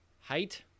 height